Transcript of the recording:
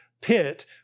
Pit